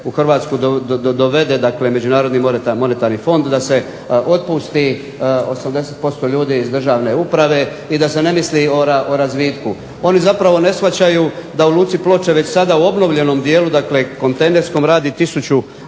u Hrvatsku dovede Međunarodni monetarni fond, da se otpusti 80% ljudi iz državne uprave i da se ne misli o razvitku. Oni zapravo ne shvaćaju da u Luci Ploče već sada u obnovljenom dijelu dakle kontejnerskom radi